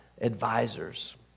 advisors